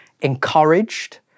encouraged